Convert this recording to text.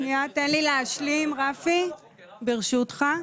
תן לי להשלים, רפי, ברשותך.